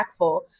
impactful